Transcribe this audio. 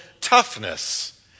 toughness